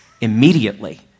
immediately